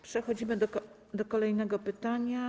Przechodzimy do kolejnego pytania.